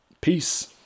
Peace